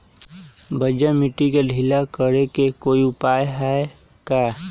बंजर मिट्टी के ढीला करेके कोई उपाय है का?